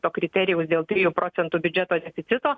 to kriterijaus dėl trijų procentų biudžeto deficito